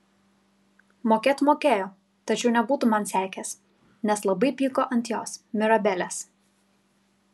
mokėt mokėjo tačiau nebūtų man sekęs nes labai pyko ant jos mirabelės